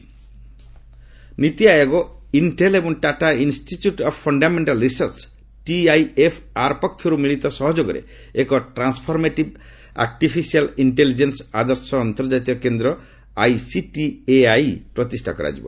NITI Aayog AI sector NITI Aayog ଇନ୍ଟେଲ ଏବଂ Tata institute of fundamental research TIFR ପକ୍ଷରୁ ମିଳିତ ସହଯୋଗରେ ଏକ ଟ୍ରାନ୍ସଫରମେଟିଭ ଆକ୍ଟିଫିସିଆଲ ଇଞ୍ଜେଲିଜେନ୍ବ ଆଦର୍ଶ ଅନ୍ତର୍ଜାତୀୟ କେନ୍ଦ୍ର ଆଇସିଟିଏଆଇ ପ୍ରତିଷ୍ଠା କରାଯିବ